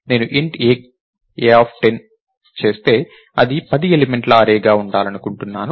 నేను int a a10 చేస్తే అది 10 ఎలిమెంట్ల అర్రేగా ఉండాలనుకుంటున్నాను